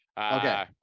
Okay